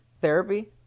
Therapy